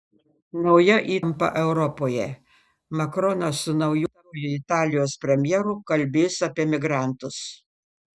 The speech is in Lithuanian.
nauja įtampa europoje makronas su naujuoju italijos premjeru kalbės apie migrantus